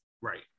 Right